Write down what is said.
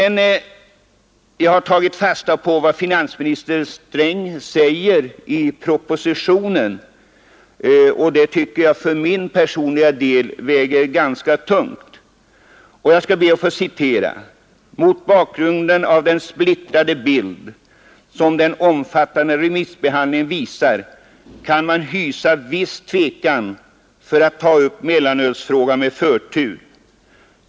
Jag har tagit fasta på vad finansminister Sträng säger i propositionen, vilket jag för min personliga del tycker väger ganska tungt: ”Mot bakgrund av den splittrade bild, som den omfattande remissbehandlingen visar, kan man hysa viss tvekan för att ta upp mellanölsfrågan med förtur.